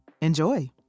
Enjoy